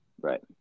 Right